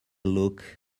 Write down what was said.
look